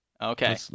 okay